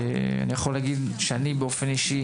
אני יכול להגיד שאני באופן אישי